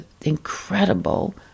incredible